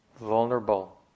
vulnerable